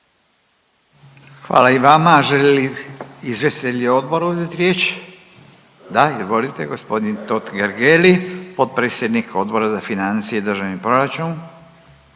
Hvala i vama. Žele li izvjestitelji odbora uzeti riječ? Da. Izvolite g. Totgergeli, potpredsjednik Odbora za financije i državni proračun.